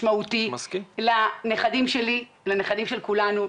משמעותי לילדים ולנכדים שלי ושל כולנו.